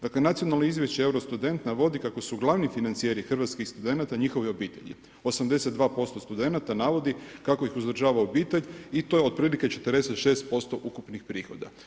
Dakle Nacionalno izvješće Eurostudent navodi kako su glavni financijeri hrvatskih studenata njihove obitelji 82% studenata navodi kako ih uzdržava obitelj i to je otprilike 46% ukupnih prihoda.